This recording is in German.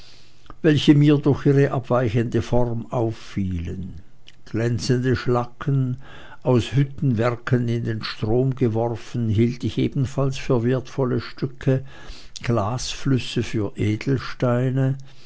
welche mir durch ihre abweichende form auffielen glänzende schlacken aus hüttenwerken in den strom geworfen hielt ich ebenfalls für wertvolle stücke glasflüsse für